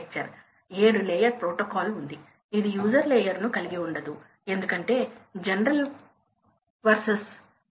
ఇప్పుడు ఏమి జరుగుతుంది మీరు వేరియబుల్ స్పీడ్ డ్రైవ్ చేస్తే